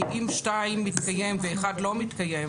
כי אם (2) מתקיים ו-(1) לא מתקיים